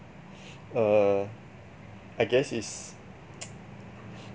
err I guess is